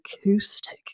acoustic